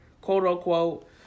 quote-unquote